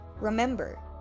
Remember